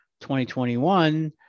2021